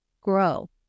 grow